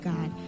God